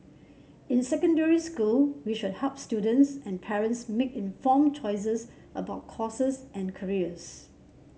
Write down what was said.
in secondary school we should help students and parents make informed choices about courses and careers